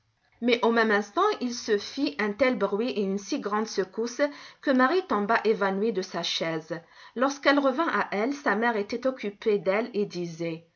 mais au même instant il se fit un tel bruit et une si grande secousse que marie tomba évanouie de sa chaise lorsqu'elle revint à elle sa mère était occupée d'elle et disait